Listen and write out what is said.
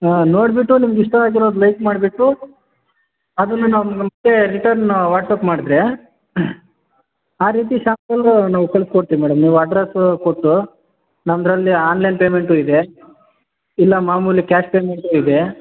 ಹಾಂ ನೋಡಿಬಿಟ್ಟು ನಿಮಗೆ ಇಷ್ಟ ಆಗಿರೋದು ಲೈಕ್ ಮಾಡಿಬಿಟ್ಟು ಅದನ್ನು ನಾವು ಮತ್ತೆ ರಿಟರ್ನ ವಾಟ್ಸ್ಯಾಪ್ ಮಾಡಿದ್ರೆ ಆ ರೀತಿ ಶಾಂಪಲ್ಲು ನಾವು ಕಳ್ಸಿ ಕೊಡ್ತೀವಿ ಮೇಡಮ್ ನೀವು ಅಡ್ರೆಸು ಕೊಟ್ಟು ನಮ್ಮದ್ರಲ್ಲಿ ಆನ್ಲೈನ್ ಪೇಮೆಂಟೂ ಇದೆ ಇಲ್ಲ ಮಾಮೂಲಿ ಕ್ಯಾಶ್ ಪೇಮೆಂಟೂ ಇದೆ